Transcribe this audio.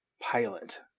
pilot